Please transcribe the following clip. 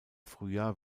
frühjahr